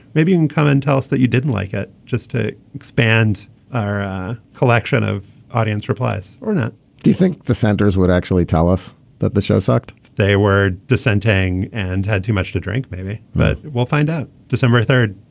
maybe you can come and tell us that you didn't like it just to expand our collection of audience replies or not do you think the centers would actually tell us that the show sucked they were dissenting and had too much to drink. maybe but we'll find out december third.